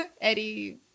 eddie